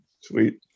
Sweet